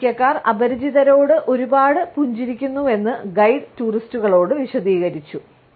അമേരിക്കക്കാർ അപരിചിതരോട് ഒരുപാട് പുഞ്ചിരിക്കുന്നുവെന്ന് ഗൈഡ് ടൂറിസ്റ്റുകളോട് വിശദീകരിച്ചു